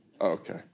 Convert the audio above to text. Okay